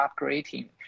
upgrading